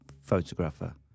photographer